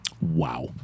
Wow